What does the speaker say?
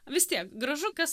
vis tiek gražu kas